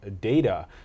data